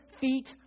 feet